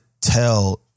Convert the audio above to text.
tell